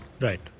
Right